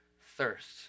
thirst